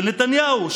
של נתניהו,